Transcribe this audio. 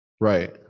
Right